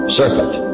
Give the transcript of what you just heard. serpent